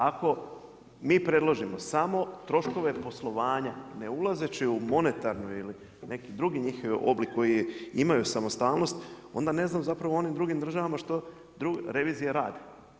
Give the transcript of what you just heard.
Ako mi predložimo samo troškove poslovanja ne ulazeći u monetarnu ili neki drugi njihov oblik koji imaju samostalnost onda ne znam zapravo u onim drugim državama što revizija radi.